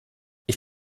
ich